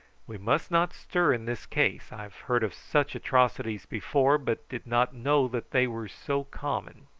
we must not stir in this case. i've heard of such atrocities before, but did not know that they were so common.